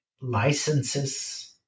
licenses